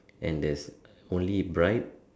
and there's only bride